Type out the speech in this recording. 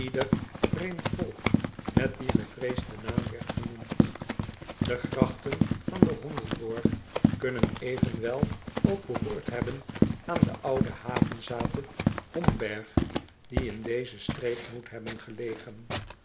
vreemd volk met dien gevreesden naam werd genoemd e grachten van den ondenborg kunnen evenwel ook behoord hebben aan de oude havezathe o m b e r g die in deze streek moet hebben gelegen